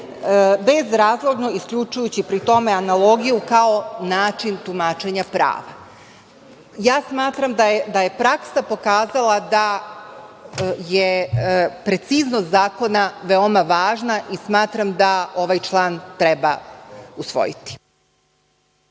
bezrazložno isključujući pri tome analogiju kao način tumačenja prava. Smatram da je praksa pokazala da je preciznost zakona veoma važna i smatram da ovaj član treba usvojiti.